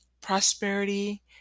prosperity